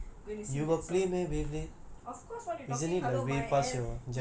ya sia memory sia gonna sing the song